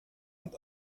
und